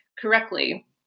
correctly